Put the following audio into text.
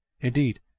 Indeed